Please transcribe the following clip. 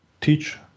teach